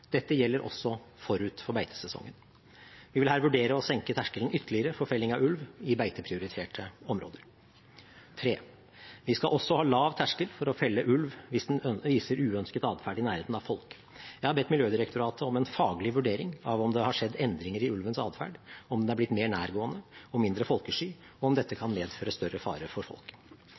Dette gjelder også forut for beitesesongen. Vi vil her vurdere å senke terskelen ytterligere for felling av ulv i beiteprioriterte områder. Vi skal også ha lav terskel for å felle ulv hvis den viser uønsket adferd i nærheten av folk. Jeg har bedt Miljødirektoratet om en faglig vurdering av om det har skjedd endringer i ulvens adferd: om den er blitt mer nærgående og mindre folkesky, og om dette kan medføre større fare for folk.